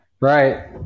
Right